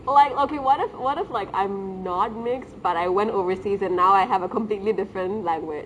like okay what if what if like I'm not mixed but I went overseas and now I have a completely different language